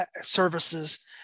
services